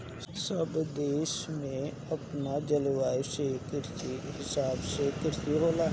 सब देश में अपना जलवायु के हिसाब से कृषि होला